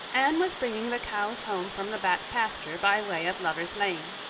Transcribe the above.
anne was bringing the cows home from the back pasture by way of lover's lane.